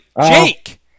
Jake